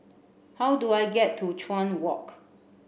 how do I get to Chuan Walk